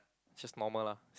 just normal lah